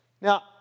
Now